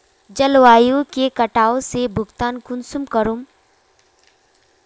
जलवायु के कटाव से भुगतान कुंसम करूम?